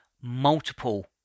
multiple